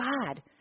God